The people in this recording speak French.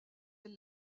elle